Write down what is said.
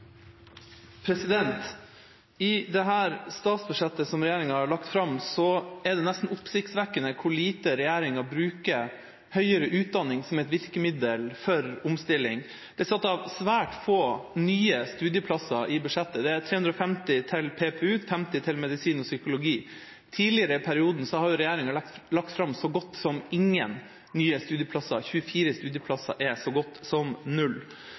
det nesten oppsiktsvekkende hvor lite regjeringa bruker høyere utdanning som et virkemiddel for omstilling. Det er satt av svært få nye studieplasser i budsjettet – 350 til PPU, 50 til medisin og psykologi. Tidligere i perioden har regjeringa lagt fram så godt som ingen nye studieplasser – 24 studieplasser er så godt som null.